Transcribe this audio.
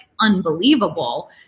unbelievable